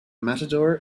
matador